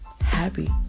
happy